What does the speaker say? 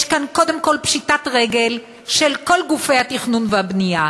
יש כאן קודם כול פשיטת רגל של כל גופי התכנון והבנייה.